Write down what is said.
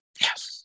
Yes